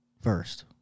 first